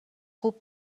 خوب